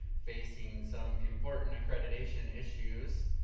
facing some important accreditation issues.